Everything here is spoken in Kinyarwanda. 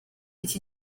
iki